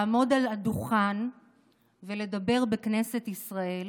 לעמוד על הדוכן ולדבר בכנסת ישראל